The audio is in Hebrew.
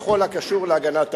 ולכן,